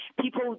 people